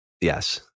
Yes